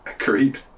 Agreed